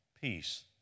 Peace